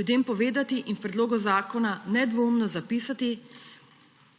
ljudem povedati in v predlogu zakona nedvoumno zapisati,